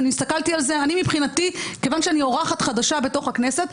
מכיוון שאני אורחת חדשה בכנסת,